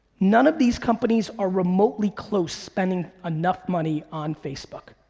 none of these companies are remotely close spending enough money on facebook.